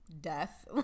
death